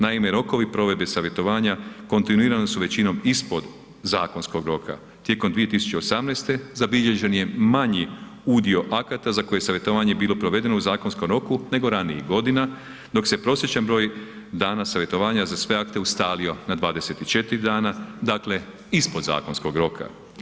Naime, rokovi provedbe savjetovanja, kontinuirani su većinom ispod zakonskog roka, tijekom 2018., zabilježen je manji udio akata, za koje je savjetovanje bilo provedeno u zakonskom roku nego ranijih godina, dok se prosječan broj dana savjetovanja za sve akte ustalio na 24 dana, dakle, ispod zakonskog roka.